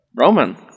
Roman